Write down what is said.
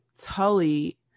Tully